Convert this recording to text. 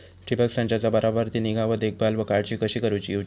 ठिबक संचाचा बराबर ती निगा व देखभाल व काळजी कशी घेऊची हा?